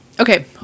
Okay